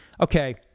okay